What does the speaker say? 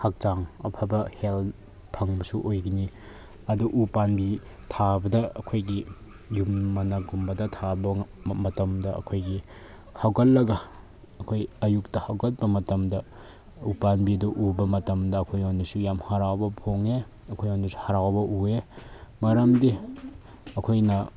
ꯍꯛꯆꯥꯡ ꯑꯐꯕ ꯍꯦꯜ ꯐꯪꯕꯁꯨ ꯑꯣꯏꯒꯅꯤ ꯑꯗꯨ ꯎꯄꯥꯝꯕꯨ ꯊꯥꯕꯗ ꯑꯩꯈꯣꯏꯒꯤ ꯌꯨꯝ ꯃꯅꯥꯛꯀꯨꯝꯕꯗ ꯊꯥꯕ ꯃꯇꯝꯗ ꯑꯩꯈꯣꯏꯒꯤ ꯍꯧꯒꯠꯂꯒ ꯑꯩꯈꯣꯏ ꯑꯌꯨꯛꯇ ꯍꯧꯒꯠꯄ ꯃꯇꯝꯗ ꯎꯄꯥꯝꯕꯤꯁꯨ ꯎꯕ ꯃꯇꯝꯗ ꯑꯩꯈꯣꯏꯉꯣꯟꯗꯁꯨ ꯌꯥꯝ ꯍꯔꯥꯎꯕ ꯐꯪꯉꯦ ꯑꯩꯈꯣꯏꯉꯣꯟꯗꯁꯨ ꯍꯔꯥꯎꯕ ꯎꯌꯦ ꯃꯔꯝꯗꯤ ꯑꯩꯈꯣꯏꯅ